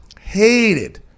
hated